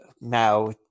now